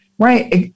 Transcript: right